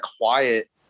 quiet